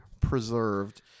preserved